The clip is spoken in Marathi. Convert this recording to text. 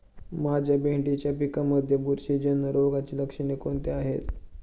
माझ्या भेंडीच्या पिकामध्ये बुरशीजन्य रोगाची लक्षणे कोणती आहेत?